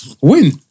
win